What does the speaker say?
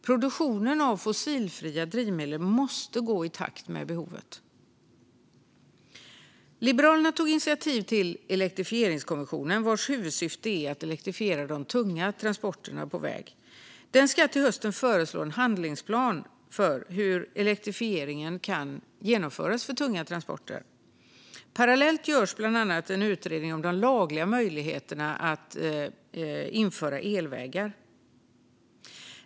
Produktionen av fossilfria drivmedel måste gå i takt med behovet. Liberalerna tog initiativet till elektrifieringskommissionen vars huvudsyfte är att elektrifiera de tunga transporterna på väg. Kommissionen ska till hösten föreslå en handlingsplan för hur elektrifieringen kan genomföras för tunga transporter. Parallellt görs bland annat en utredning om de lagliga möjligheterna att införa elvägar.